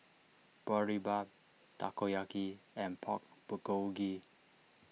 Boribap Takoyaki and Pork Bulgogi